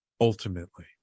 Ultimately